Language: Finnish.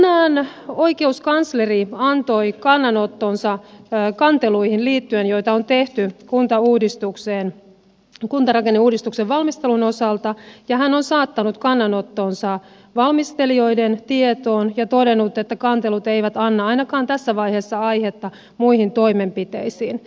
tänään oikeuskansleri antoi kannanottonsa kanteluihin liittyen joita on tehty kuntarakenneuudistuksen valmistelun osalta ja hän on saattanut kannanottonsa valmistelijoiden tietoon ja todennut että kantelut eivät anna ainakaan tässä vaiheessa aihetta muihin toimenpiteisiin